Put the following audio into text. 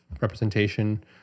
representation